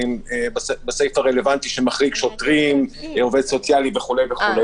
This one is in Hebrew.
בסעיף הרלוונטי שמחריג שוטרים, עובד סוציאלי וכו'.